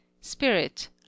Spirit